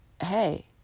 hey